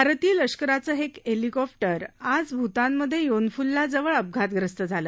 भारतीय लष्कराचं एक हव्विकॉप्टर आज भूतानमधे योनफुल्ला जवळ अपघातग्रस्त झालं